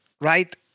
right